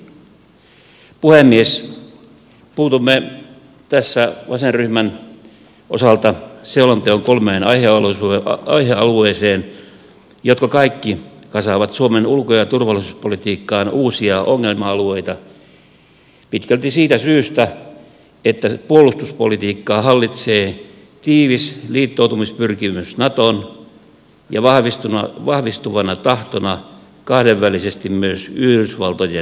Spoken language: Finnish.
puutumme tässä vasenryhmän osalta selonteon kolmeen aihealueeseen jotka kaikki kasaavat suomen ulko ja turvallisuuspolitiikkaan uusia ongelma alueita pitkälti siitä syystä että puolustuspolitiikkaa hallitsee tiivis liittoutumispyrkimys natoon ja vahvistuvana tahtona kahdenvälisesti myös yhdysvaltojen kanssa